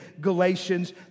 Galatians